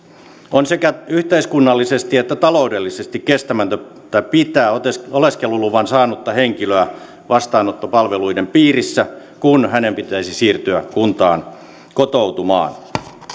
on sekä yhteiskunnallisesti että taloudellisesti kestämätöntä pitää oleskeluluvan saanutta henkilöä vastaanottopalveluiden piirissä kun hänen pitäisi siirtyä kuntaan kotoutumaan